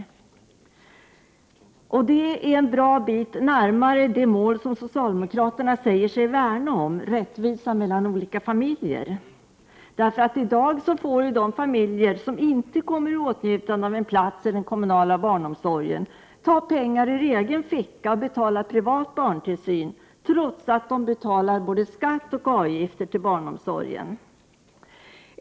Vårt förslag ligger också en bra bit närmare det mål som socialdemokraterna säger sig värna om: rättvisa mellan olika familjer. I dag får de familjer som inte kommer i åtnjutande av en plats i den kommunala barnomsorgen ta pengar ur egen ficka för att betala privat barntillsyn trots att de betalat skatt och avgifter till barnomsorgen.